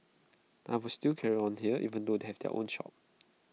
I will still carry on here even though they have their own shop